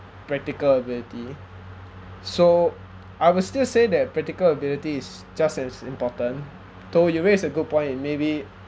practical ability so I would still say that practical ability is just as important though you raised a good point maybe